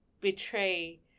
betray